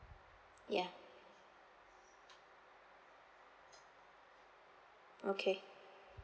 ya okay